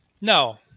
No